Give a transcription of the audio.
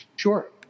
Sure